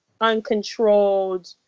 uncontrolled